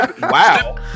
wow